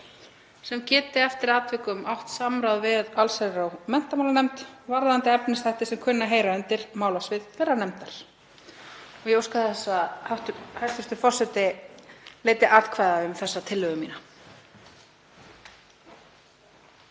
sem geti eftir atvikum átt samráð við allsherjar- og menntamálanefnd varðandi efnisþætti sem kunna að heyra undir málasvið þeirrar nefndar. Ég óska þess að hæstv. forseti leiti atkvæða um þessa tillögu mína.